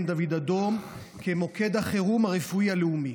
דוד אדום כמוקד החירום הרפואי הלאומי.